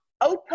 Open